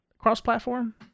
cross-platform